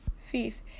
Fifth